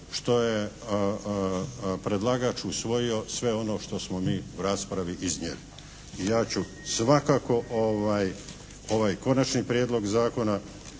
što je predlagač usvojio sve ono što smo mi u raspravi iznijeli. I ja ću svakako ovaj konačni prijedlog zakona